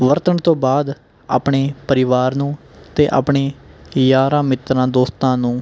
ਵਰਤਣ ਤੋਂ ਬਾਅਦ ਆਪਣੇ ਪਰਿਵਾਰ ਨੂੰ ਅਤੇ ਆਪਣੇ ਯਾਰਾਂ ਮਿੱਤਰਾਂ ਦੋਸਤਾਂ ਨੂੰ